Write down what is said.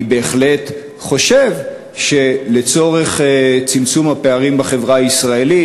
אני בהחלט חושב שלצורך צמצום הפערים בחברה הישראלית,